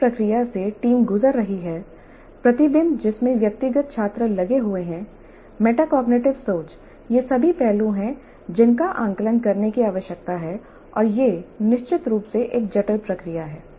जिस प्रक्रिया से टीम गुजर रही है प्रतिबिंब जिसमें व्यक्तिगत छात्र लगे हुए हैं मेटाकोग्निटिव सोच ये सभी पहलू हैं जिनका आकलन करने की आवश्यकता है और यह निश्चित रूप से एक जटिल प्रक्रिया है